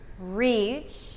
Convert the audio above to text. Reach